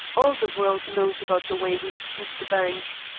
all the world knows about the way we scooped the bank.